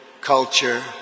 culture